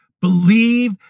believe